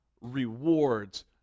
rewards